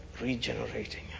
regenerating